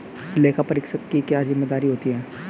लेखापरीक्षक की क्या जिम्मेदारी होती है?